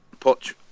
Poch